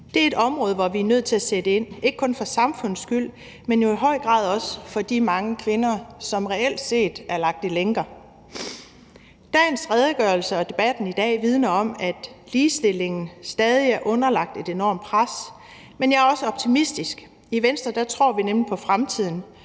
Det er et område, hvor vi er nødt til at sætte ind, ikke kun for samfundets skyld, men jo i høj grad også for de mange kvinder, som reelt set er lagt i lænker. Dagens redegørelse og debatten i dag vidner om, at ligestillingen stadig er underlagt et enormt pres, men jeg er også optimistisk. I Venstre tror vi nemlig på fremtiden,